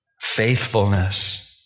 Faithfulness